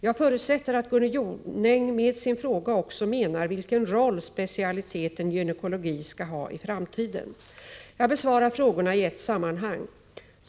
Jag förutsätter att Gunnel Jonäng med sin fråga också menar vilken roll specialiteten gynekologi skall ha i framtiden. Jag besvarar frågorna i ett sammanhang.